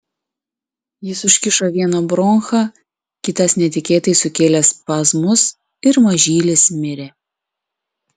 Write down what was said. jis užkišo vieną bronchą kitas netikėtai sukėlė spazmus ir mažylis mirė